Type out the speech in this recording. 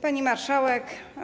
Pani Marszałek!